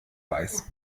weiß